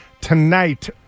tonight